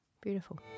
Beautiful